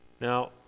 Now